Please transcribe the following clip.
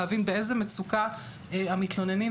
להבין באיזו מצוקה המתלוננים,